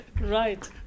right